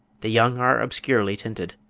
the young are obscurely tinted.